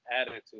attitude